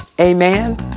Amen